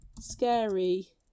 scary